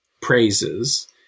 praises